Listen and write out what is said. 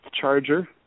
charger